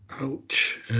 Ouch